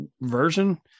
version